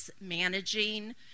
managing